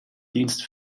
dienst